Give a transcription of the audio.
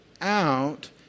out